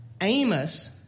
Amos